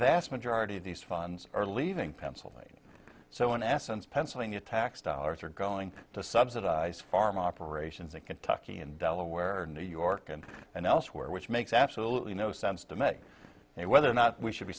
vast majority of these funds are leaving pennsylvania so in essence pennsylvania tax dollars are going to subsidize farm operations in kentucky and delaware new york and and elsewhere which makes absolutely no sense to me and whether or not we should be